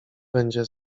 będzie